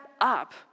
up